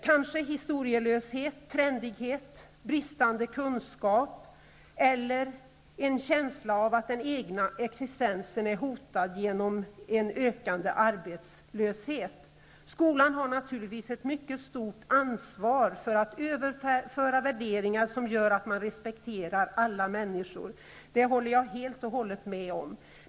Kanske är dessa historielöshet, trendighet, bristande kunskap eller en känsla av att den egna existensen är hotad genom en ökande arbetslöshet. Skolan har naturligtvis ett mycket stort ansvar för att överföra värderingar som gör att man respekterar alla människor. Det håller jag helt och hållet med om.